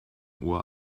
uhr